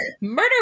murder